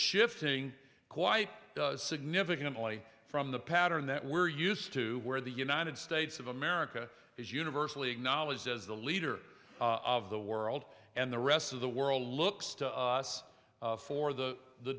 shifting quite significantly from the pattern that we're used to where the united states of america is universally acknowledged as the leader of the world and the rest of the world looks to us for the the